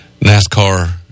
NASCAR